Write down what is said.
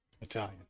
Italian